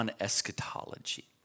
eschatology